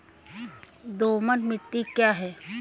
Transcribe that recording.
दोमट मिट्टी क्या है?